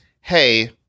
hey